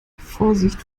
vorsicht